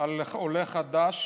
על עולה חדש